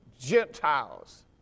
Gentiles